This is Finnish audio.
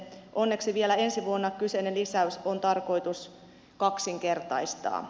onneksi vielä ensi vuonna kyseinen lisäys on tarkoitus kaksinkertaistaa